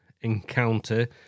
encounter